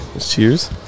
cheers